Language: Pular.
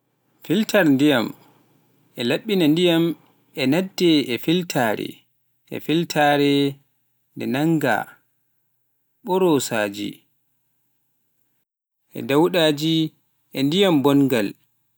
Filter ndiyam ina laɓɓina ndiyam e naatde e filtere, filtere ndee ina nannga mborosaaji, e ndiyam bongal.